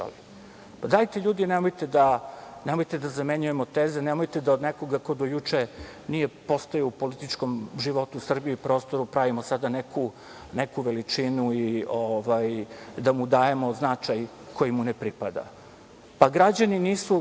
dajte ljudi, nemojte da zamenjujemo teze, nemojte da od nekog ko do juče nije postojao u političkom životu Srbije i prostoru, pravimo sad neku veličinu i da mu dajemo značaj koji mu ne pripada. Pa, građani nisu